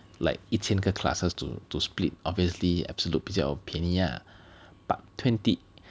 like 一千个 classes to to split obviously Absolute 比较便宜 lah but twenty